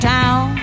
Town